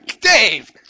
Dave